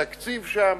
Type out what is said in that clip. הוא כיסה את התקציב שם?